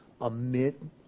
amid